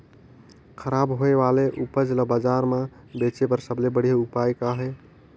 खराब होए वाले उपज ल बाजार म बेचे बर सबले बढ़िया उपाय का हे?